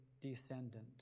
descendant